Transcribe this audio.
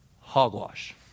hogwash